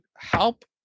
Help